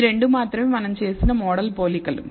ఈ రెండు మాత్రమే మనం చేసిన మోడల్ పోలికలు